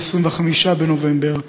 25 בנובמבר,